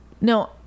No